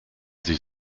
sich